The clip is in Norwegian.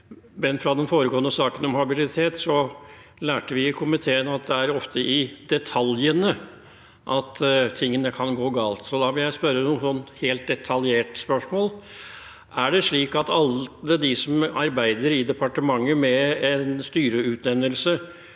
men av den foregående saken om habilitet lærte vi i komiteen at det ofte er i detaljene at tingene kan gå galt. Da vil jeg stille et helt detaljert spørsmål: Er det slik at alle de som arbeider i departementet med en styreutnevnelse,